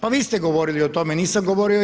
Pa vi ste govorili o tome, nisam govorio ja.